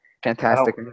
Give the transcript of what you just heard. fantastic